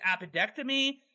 apodectomy